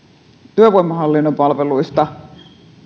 työvoimahallinnon palveluista